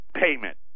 Payment